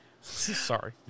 Sorry